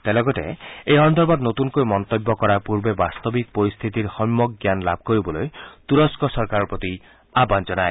তেওঁ লগতে এই সন্দৰ্ভত নতুনকৈ মন্তব্য কৰাৰ পূৰ্বে বাস্তৱিক পৰিশ্বিতিৰ সম্যক জ্ঞান লাভ কৰিবলৈ তুৰস্থ চৰকাৰৰ প্ৰতি আহান জনায়